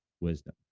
wisdom